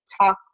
talk